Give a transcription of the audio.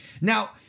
Now